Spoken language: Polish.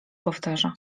powtarza